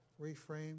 reframe